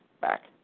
back